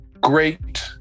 great